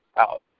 out